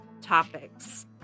topics